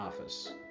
office